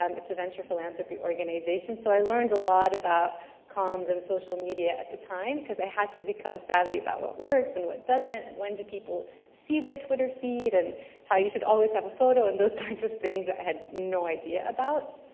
um it's a venture philanthropy organization. so i learned about comms and social media at the time cause i had to become savvy about what works and what doesn't and when do people see their twitter feed and how you should always have a photo and those types of things that i had no idea about,